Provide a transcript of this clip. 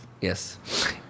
Yes